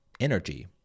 energy